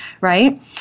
Right